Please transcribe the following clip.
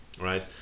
right